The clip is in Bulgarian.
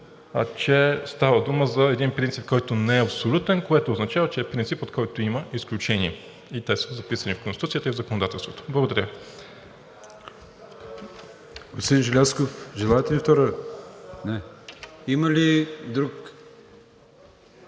че става дума за един принцип, който не е абсолютен, което означава, че е принцип, от който има изключения и те са записани в Конституцията и в законодателството. Благодаря. ПРЕДСЕДАТЕЛ АТАНАС АТАНАСОВ: Господин Желязков, желаете ли втора реплика? Не. Има ли друг?